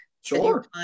Sure